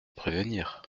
prévenir